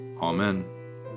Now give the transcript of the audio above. Amen